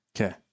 Okay